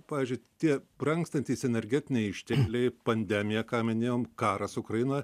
pavyzdžiui tie brangstantys energetiniai ištekliai pandemija ką minėjom karas ukrainoj